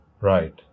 Right